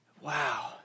wow